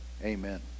Amen